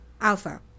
Alpha